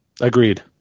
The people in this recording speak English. Agreed